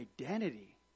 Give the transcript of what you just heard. identity